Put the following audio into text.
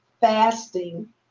fasting